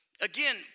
again